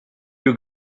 you